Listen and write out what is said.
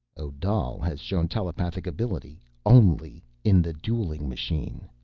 odal has shown telepathic ability only in the dueling machine.